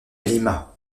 lima